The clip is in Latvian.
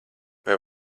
vai